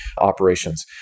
operations